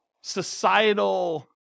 societal